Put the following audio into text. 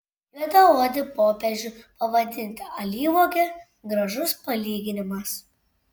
juodaodį popiežių pavadinti alyvuoge gražus palyginimas